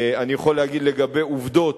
אני יכול להגיד לגבי עובדות,